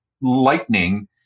Lightning